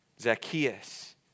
Zacchaeus